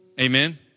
Amen